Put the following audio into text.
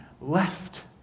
left